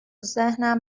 ذهنم